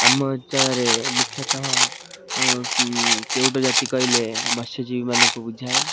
ଆମ ଅଞ୍ଚଳରେ ମୁଖ୍ୟତଃ କେଉଁଟ ଜାତି କହିଲେ ମତ୍ସ୍ୟଜୀବୀମାନଙ୍କୁ ବୁଝାଏ